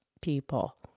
people